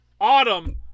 Autumn